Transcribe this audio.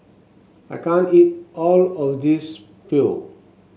I can't eat all of this Pho